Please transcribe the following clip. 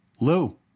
Lou